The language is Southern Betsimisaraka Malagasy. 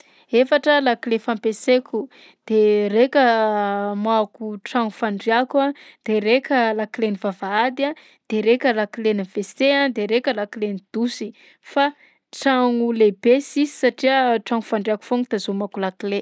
Efatra lakile fampiasaiko de raika hamoahako tragno fandriako a, de raika lakilen'ny vavahady a, de raika lakilen'ny WC a de raika lakilen'ny dosy fa tragno lehibe sisy satria tragno fandriàko foagna tazomako lakile.